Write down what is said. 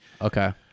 Okay